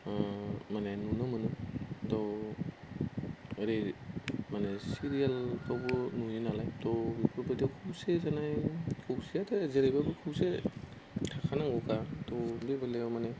माने नुनो मोनो त' ओरै माने सिरियेलखौबो नुयो नालाय त' बेफोरबायदियाव खौसे जानाय खौसेयाथ' जेरैबाबो खौसे थाखानांगौखा त' बे बेलायाव माने